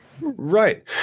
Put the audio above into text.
right